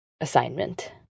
assignment